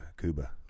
Cuba